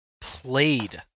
played